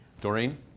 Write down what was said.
Doreen